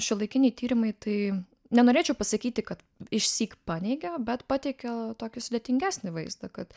šiuolaikiniai tyrimai tai nenorėčiau pasakyti kad išsyk paneigia bet pateikia tokį sudėtingesnį vaizdą kad